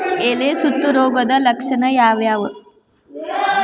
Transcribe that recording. ಎಲೆ ಸುತ್ತು ರೋಗದ ಲಕ್ಷಣ ಯಾವ್ಯಾವ್?